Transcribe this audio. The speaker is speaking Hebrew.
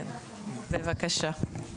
כן, בבקשה.